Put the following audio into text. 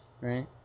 right